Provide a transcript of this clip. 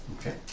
Okay